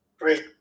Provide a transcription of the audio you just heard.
Great